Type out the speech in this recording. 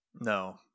No